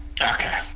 Okay